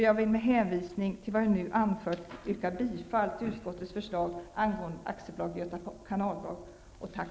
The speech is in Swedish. Jag vill med hänvisning till vad jag nu har anfört yrka bifall till utskottets förslag angående AB Göta kanalbolag.